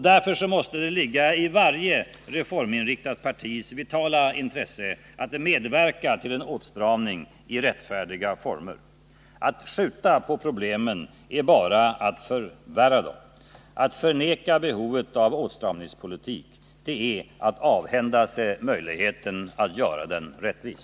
Därför måste det ligga i varje reforminriktat partis vitala intresse att medverka till en åtstramning i rättfärdiga former. Att skjuta upp problemen är bara att förvärra dem. Att förneka behovet av en åtstramningspolitik är att avhända sig möjligheten att göra den rättvis.